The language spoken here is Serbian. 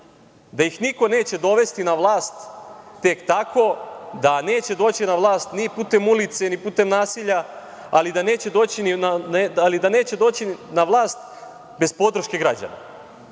da ih niko neće dovesti na vlast tek tako, da neće doći na vlast ni putem ulice, ni putem nasilja, ali da neće doći na vlast bez podrške građana.